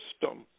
system